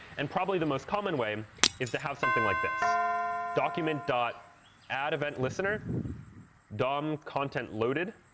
and probably the most common way is to have something like this document dot ad event listener dom content loaded.